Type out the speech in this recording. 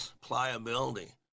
pliability